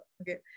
okay